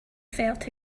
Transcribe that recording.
felt